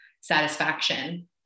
satisfaction